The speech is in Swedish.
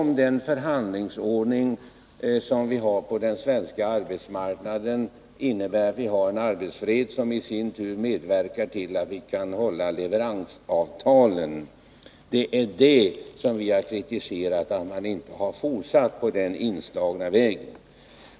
Den förhandlingsordning som tillämpas på den svenska arbetsmarknaden innebär en arbetsfred, som i sin tur medverkar till att vi kan hålla leveransavtalen. Vi har kritiserat att den borgerliga regeringen inte har fortsatt på den inslagna vägen.